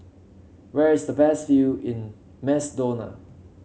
where is the best view in Macedonia